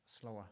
slower